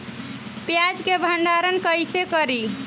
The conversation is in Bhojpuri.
प्याज के भंडारन कईसे करी?